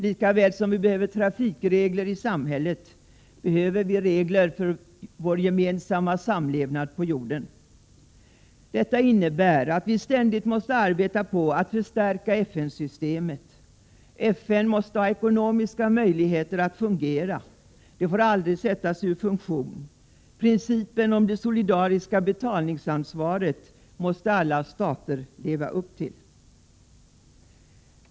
Lika väl som vi behöver trafikregler i samhället behöver vi regler för vår samlevnad på jorden. Detta innebär att vi ständigt måste arbeta på att förstärka FN-systemet. FN måste ha ekonomiska möjligheter att fungera, FN får aldrig sättas ur funktion. Principen om det solidariska betalningsansvaret måste alla stater leva upp till.